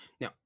now